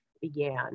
began